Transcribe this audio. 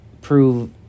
prove